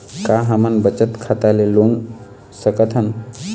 का हमन बचत खाता ले लोन सकथन?